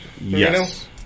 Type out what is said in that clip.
Yes